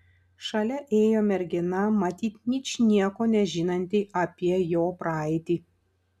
šalia ėjo mergina matyt ničnieko nežinanti apie jo praeitį